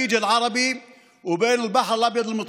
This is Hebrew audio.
הסודי המקשר בין המפרץ הערבי לים התיכון,